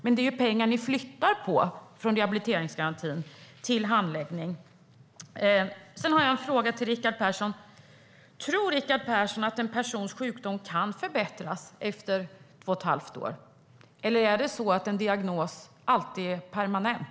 Men det är pengar ni flyttar från rehabiliteringsgarantin till handläggning. Jag har en fråga till Rickard Persson: Tror Rickard Persson att en persons sjukdom kan förbättras efter två och ett halvt år, eller är en diagnos alltid permanent?